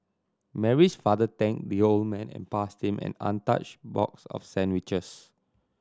Mary's father thanked the old man and passed him an untouched box of sandwiches